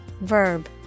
verb